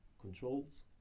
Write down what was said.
controls